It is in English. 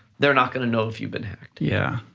they're not gonna know if you've been hacked. yeah.